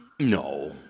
No